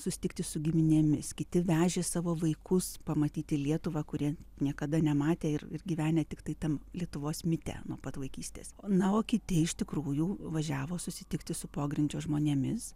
susitikti su giminėmis kiti vežė savo vaikus pamatyti lietuvą kurie niekada nematę ir ir gyvenę tiktai tam lietuvos mite nuo pat vaikystės na o kiti iš tikrųjų važiavo susitikti su pogrindžio žmonėmis